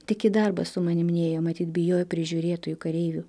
tik į darbą su manimi nėjo matyt bijojo prižiūrėtojų kareivių